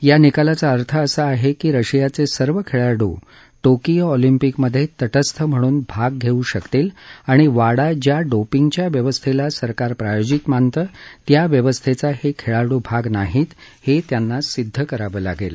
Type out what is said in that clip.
या निकालाचा अर्थ असा आहे की रशियाचे सर्व खेळाडू टोकियो ऑलिंपिकमध्ये तटस्थ म्हणून भाग घेऊ शकतील आणि वाडा ज्या डोपिंगच्या व्यवस्थेला सरकार प्रायोजित मानतं त्या व्यवस्थेचा हे खेळाडू भाग नाहीत हे त्यांना सिद्ध करावं लागेल